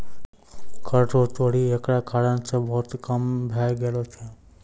कर रो चोरी एकरा कारण से बहुत कम भै गेलो छै